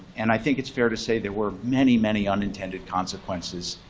and i think it's fair to say there were many, many unintended consequences.